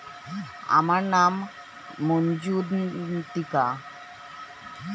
আমার নাম মজ্ঝন্তিকা, আমার পনেরো বছর বয়স, আমি কি ব্যঙ্কে একাউন্ট বানাতে পারি?